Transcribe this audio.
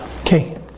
okay